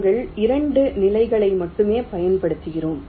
நாங்கள் 2 நிலைகளை மட்டுமே பயன்படுத்துகிறோம்